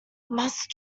must